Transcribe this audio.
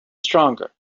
stronger